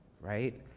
right